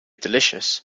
delicious